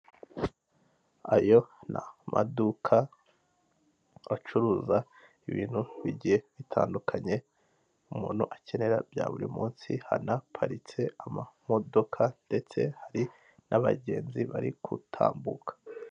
Ayo ni amaduka acuruza ibintu bigiye bitandukanye umuntu akenera bya buri munsi hanaparitse amamodoka ndetse hari n'abagenzi bari gutambuka.